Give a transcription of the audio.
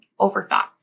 overthought